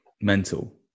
mental